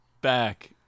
Back